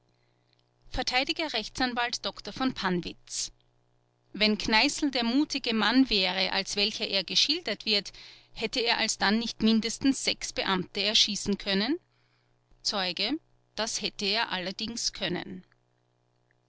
r a dr v pannwitz wenn kneißl der mutige mann wäre als welcher er geschildert wird hätte er alsdann nicht mindestens sechs beamte erschießen können zeuge das hätte er allerdings können